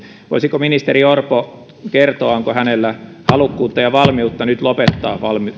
voisiko ministeri orpo kertoa onko hänellä halukkuutta ja valmiutta nyt lopettaa